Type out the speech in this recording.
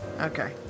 Okay